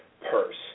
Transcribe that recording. purse